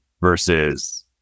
versus